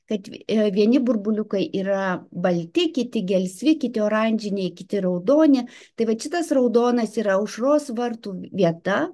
kad vieni burbuliukai yra balti kiti gelsvi kiti oranžiniai kiti raudoni tai vat šitas raudonas yra aušros vartų vieta